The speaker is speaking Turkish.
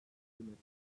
hükümeti